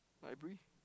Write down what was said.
library